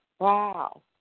Wow